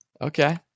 Okay